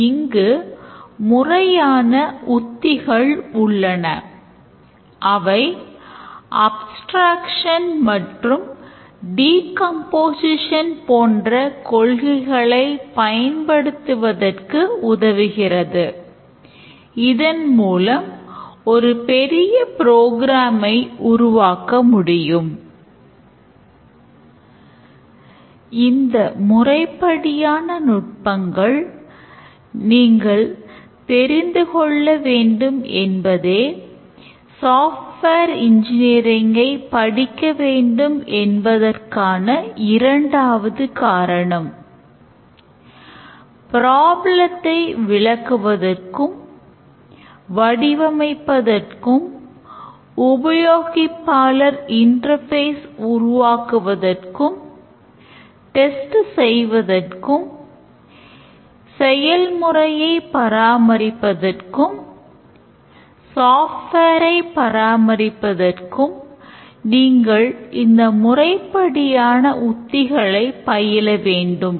இங்கு முறையான உத்திகள் உள்ளன அவை அப்ஸ்டிரேக்ஸன் உருவாக்க முடியும் இந்த முறைப்படியான நுட்பங்களை நீங்கள் தெரிந்துகொள்ள வேண்டும் என்பதே சாஃப்ட்வேர் இன்ஜினியரிங் ஐ பராமரிப்பதற்கும் நீங்கள் இந்த முறைப்படியான உத்திகளை பயில வேண்டும்